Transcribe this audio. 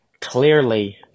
Clearly